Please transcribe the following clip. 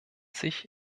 sich